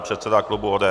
Předseda klubu ODS.